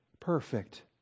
perfect